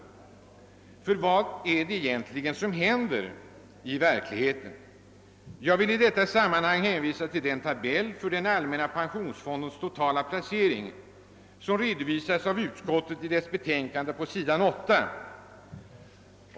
Vad är det nämligen som i verkligheten händer? Jag vill i detta sammanhang hänvisa till den tabell för den allmänna pensionsfondens totala placeringar, som redovisas av utskottet i dess utlåtande på s. 8.